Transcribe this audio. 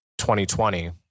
2020